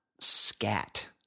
scat